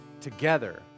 Together